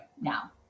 now